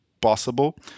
possible